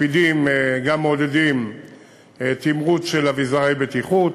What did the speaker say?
מקפידים וגם מעודדים תמרוץ של אביזרי בטיחות.